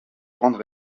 grandes